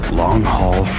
long-haul